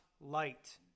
light